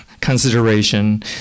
consideration